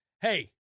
Hey